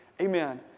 amen